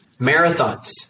marathons